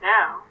now